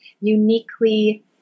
uniquely